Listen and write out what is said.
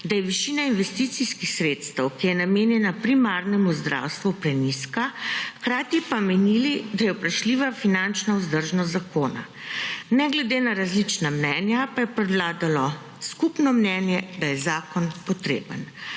da je višina investicijskih sredstev, ki je namenjena primarnemu zdravstvu prenizka, hkrati pa menili, da je vprašljiva finančna vzdržnost zakona. Ne glede na različna mnenja pa je prevladalo skupno mnenje, da je zakon potreben.